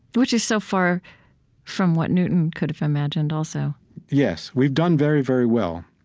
which is so far from what newton could have imagined, also yes. we've done very, very well.